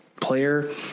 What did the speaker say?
player